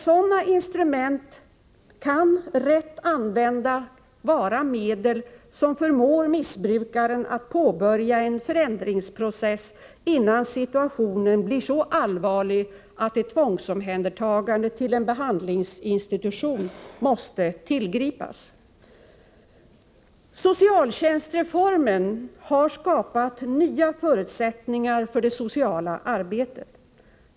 Sådana instrument kan, rätt använda, vara medel som förmår missbrukaren att påbörja en förändringsprocess, innan situationen blir så allvarlig att ett tvångsomhändertagande till en behandlingsinstitution måste tillgripas. Socialtjänstreformen har skapat nya förutsättningar för det sociala arbetet.